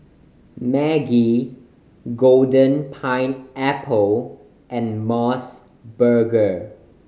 Maggi Golden Pineapple and Mos Burger